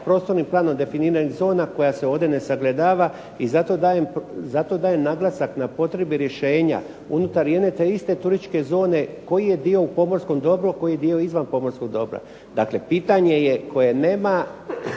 prostornim planom definiranih zona koja se ovdje ne sagledava i zato dajem naglasak na potrebe rješenja, unutar jedne te iste turističke zone, koji je dio u pomorskom dobru, a koji dio izvan pomorskog dobra. Dakle pitanje je koje nema